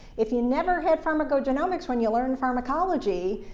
if you never had pharmacogenomics when you learned pharmacology,